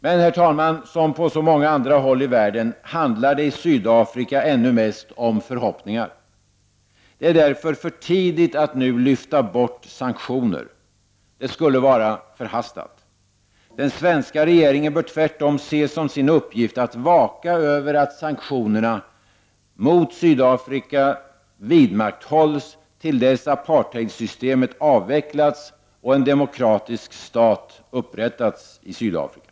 Herr talman! Som på så många andra håll i världen handlar det i Sydafrika ännu mest om förhoppningar. Det är därför för tidigt att nu lyfta bort några sanktioner; det skulle vara förhastat. Den svenska regeringen bör tvärtom se som sin uppgift att vaka över att sanktionerna mot Sydafrika vidmakthålls till dess apartheidsystemet avvecklats och en demokratisk stat upprättats i Sydafrika.